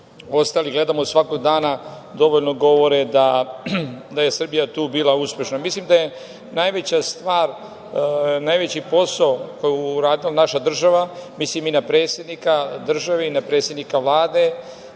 ostali gledamo svakog dana dovoljno govore da je Srbija tu bila uspešna. Mislim da je najveća stvar, najveći posao koji je uradila naša država, mislim i na predsednika države i na predsednika Vlade